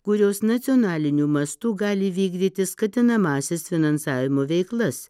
kurios nacionaliniu mastu gali vykdyti skatinamąsias finansavimo veiklas